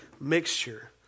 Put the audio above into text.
mixture